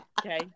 Okay